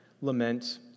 lament